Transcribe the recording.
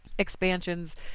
expansions